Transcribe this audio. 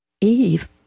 Eve